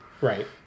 Right